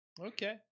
Okay